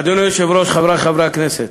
אדוני היושב-ראש, חברי חברי הכנסת,